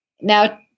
Now